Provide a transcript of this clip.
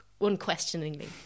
unquestioningly